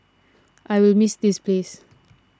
I will miss this place